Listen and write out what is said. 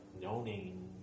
no-name